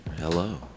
Hello